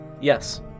Yes